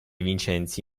vincenzi